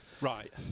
Right